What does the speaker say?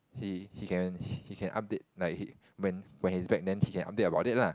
he he can he can update like he when when he's back then he can update about it lah